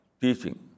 teaching